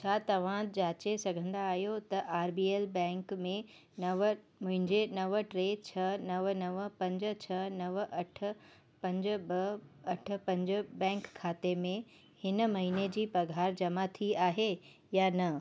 छा तव्हां जाचे सघंदा आहियो त आर बी एल बैंक में नव मुंहिंजे नव टे छह नव नव पंज छह नव अठ पंज ॿ अठ पंज बैंक खाते में हिन महीने जी पघार जमा थी आहे या न